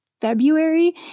February